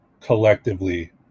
collectively